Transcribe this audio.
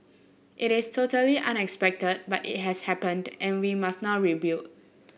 it is totally unexpected but it has happened and we must now rebuild